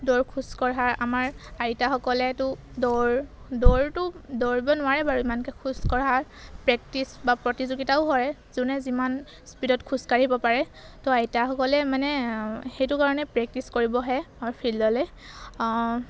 দৌৰ খোজ কঢ়াৰ আমাৰ আইতাসকলেতো দৌৰ দৌৰটো দৌৰিব নোৱাৰে বাৰু ইমানকৈ খোজ কঢ়াৰ প্ৰেক্টিচ বা প্ৰতিযোগিতাও হয় যোনে যিমান স্পীডত খোজ কাঢ়িব পাৰে তো আইতাসকলে মানে সেইটো কাৰণে প্ৰেক্টিচ কৰিব আহে আমাৰ ফিল্ডলৈ